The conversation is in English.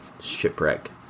shipwreck